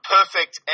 Perfect